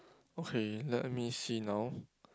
okay let me see now